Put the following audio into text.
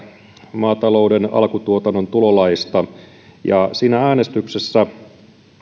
maatalouden alkutuotannon tulolaista siinä äänestyksessä